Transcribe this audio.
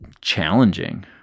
challenging